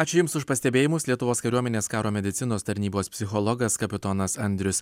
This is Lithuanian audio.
ačiū jums už pastebėjimus lietuvos kariuomenės karo medicinos tarnybos psichologas kapitonas andrius